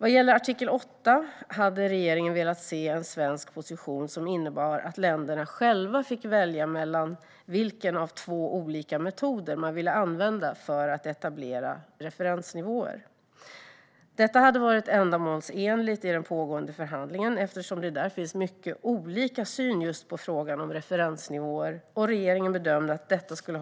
Vad gäller artikel 8 hade regeringen velat se en svensk position som innebar att länderna själva fick välja vilken av två olika metoder man ville använda för att etablera referensnivåer. Detta hade varit ändamålsenligt i den pågående förhandlingen eftersom det där finns mycket olika syn just på frågan om referensnivåer. Regeringen bedömde att detta skulle